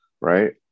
Right